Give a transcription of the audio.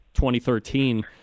2013